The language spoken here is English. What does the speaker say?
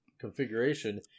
configuration